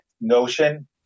notion